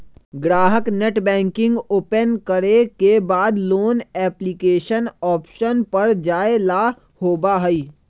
ग्राहक net banking open करे के बाद लोन एप्लीकेशन ऑप्शन पर जाय ला होबा हई